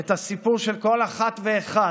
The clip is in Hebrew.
את הסיפור של כל אחת ואחד,